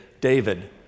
David